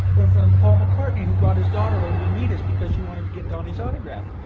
or in front of paul mccartney who brought his daughter over to meet us because she wanted to get donny's autograph.